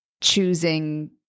choosing